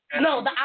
No